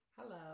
Hello